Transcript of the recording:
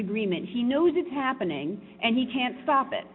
agreement he knows it's happening and he can't stop it